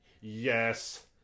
Yes